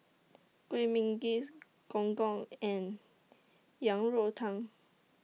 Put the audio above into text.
Kuih Manggis Gong Gong and Yang Rou Tang